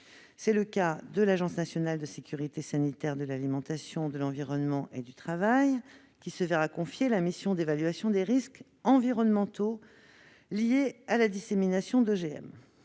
C'est le cas de l'Agence nationale de sécurité sanitaire de l'alimentation, de l'environnement et du travail, qui se verra confier la mission d'évaluation des risques environnementaux liés à la dissémination d'OGM.